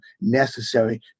necessary